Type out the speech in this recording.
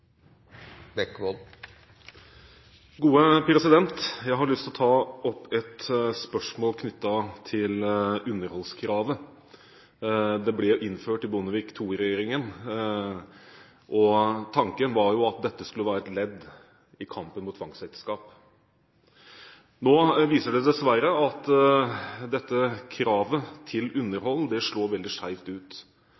Jeg har lyst til å ta opp et spørsmål knyttet til underholdskravet. Det ble innført i Bondevik II-regjeringen, og tanken var at dette skulle være et ledd i kampen mot tvangsekteskap. Nå viser det seg dessverre at kravet til